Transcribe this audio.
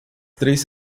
três